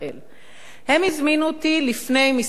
הם הזמינו אותי לפני כמה שבועות,